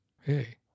Hey